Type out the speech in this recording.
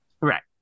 Right